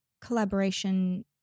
collaboration